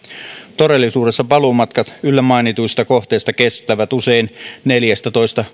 todellisuudessa paluumatkat yllä mainituista kohteista kestävät usein neljätoista